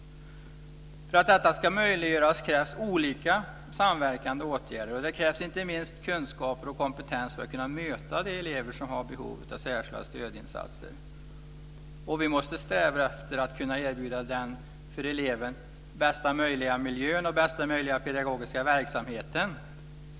För att detta ska möjliggöras krävs olika samverkande åtgärder, och det krävs inte minst kunskaper och kompetens för att kunna möta de elever som har behov av särskilda stödinsatser. Vi måste sträva efter att kunna erbjuda den för eleven bästa möjliga miljön och den bästa möjliga pedagogiska verksamheten.